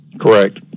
Correct